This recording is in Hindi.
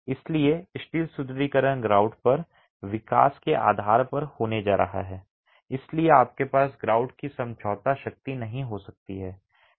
इसलिए स्टील सुदृढीकरण ग्राउट पर विकास के आधार पर होने जा रहा है इसलिए आपके पास ग्राउट की समझौता शक्ति नहीं हो सकती है